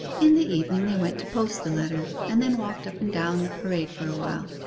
in the evening they went to post the letter, and then walked up and down the parade for a while.